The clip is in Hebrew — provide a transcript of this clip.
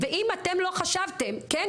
ואם אתם לא חשבתם, כן?